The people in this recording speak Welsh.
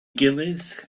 gilydd